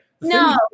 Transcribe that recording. No